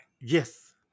Yes